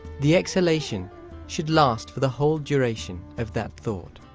the exhalation should last for the whole duration of that thought.